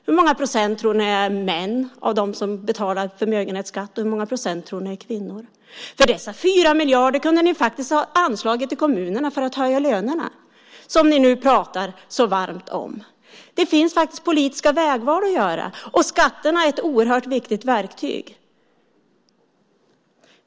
Hur många procent av dem som betalar förmögenhetsskatt tror ni är män och hur många procent tror ni är kvinnor? Dessa 4 miljarder kunde ni faktiskt ha anslagit till kommunerna för att höja lönerna för dem som ni nu pratar så varmt om. Det finns faktiskt politiska vägval att göra, och skatterna är ett oerhört viktigt verktyg.